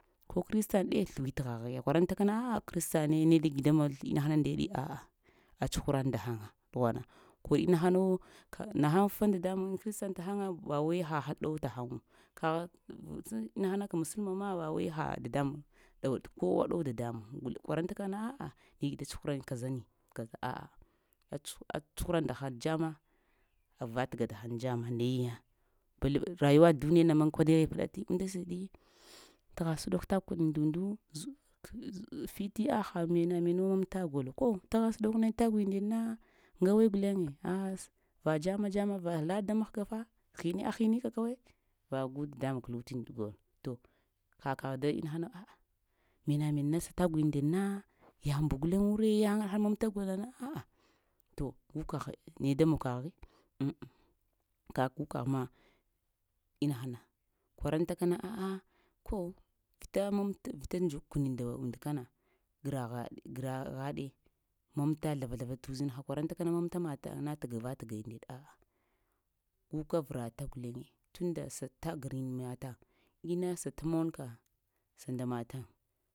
Ko kəristan ɗe sləwitghaghiya kwarantakana a'a kəristaŋe negi da mon həŋndeɗi a'a atsuhra ndahaŋ a ɗughwana ko inahano, həlaŋ fa dadambuŋ kəristan tahaŋa ba wai hal ɗow tahaŋwo, kagha inaha na kam ba wai ha dadambuŋ dawa kowa ɗow dadambuŋ gol kwara takana a'a i-gi a tsuhra aŋ kaza neh kaza a'a ats-atsuhura nda həŋ jamma ava təga ndahəŋ dzamma naye-ya bal-rayuwa duniya na ma kwanɗeghe pəɗati, unda siɗi təgha səɗok təgun kəni ndu-ndu a’fiti ha mena-menu məmta gol ko tagha səɗok taguŋyiŋ ndeɗna, ŋgawe guleŋe ah va dzama-dzama va la daŋ mahgfa hine a hinika kawai nagu dadambuŋ kəlu tinini gol, to ha kagh da inaha mena-mena sa taguŋyiŋ ndeɗna yaŋbu guleŋwu ree yaŋa har mamta golna a'a to, gu kəgh naye da mon kəghi a'a kak gu kaghma ina hana kwarantaka na a'a ko vita mamti, vita dzukəni nda und kana graghaɗ-graghaɗe məmta zləva-zləva tə uzinha kwarantaka na məmta mataŋna təgava-təgayiŋ nde ɗe a'a guka vəvata guleŋe tun nda səta granata hataŋ ina sat monka sa nda mataŋ.